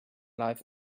life